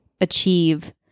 achieve